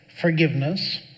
forgiveness